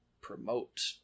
promote